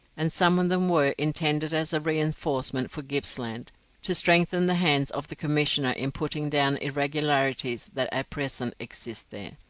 and some of them were intended as a reinforcement for gippsland to strengthen the hands of the commissioner in putting down irregularities that at present exist there.